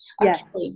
Yes